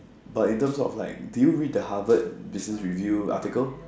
but in terms of like do you read the Harvard-Business-Review article